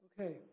Okay